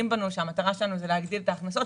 זה מגיע לאישור ועדת הכספים.